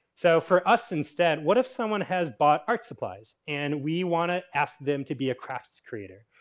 so, for us instead what if someone has bought art supplies and we want to ask them to be a crafts creator.